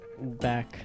Back